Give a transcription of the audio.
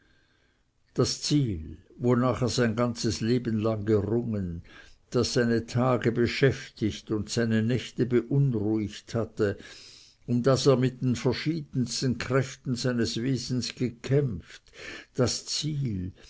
das ziel wonach er sein ganzes leben lang gerungen das seine tage beschäftigt und seine nächte beunruhigt hatte um das er mit den verschiedensten kräften seines wesens gekämpft das ziel